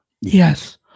yes